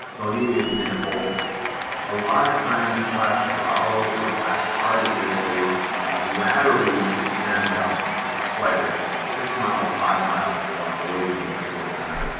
and i'll give you an example a lot of times class bravo or class charlie airspace laterally extends out quite a ways six miles, five miles away from the airport center.